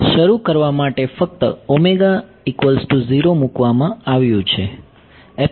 શરુ કરવા માટે ફક્ત મૂકવામાં આવ્યું છે